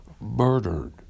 murdered